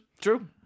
True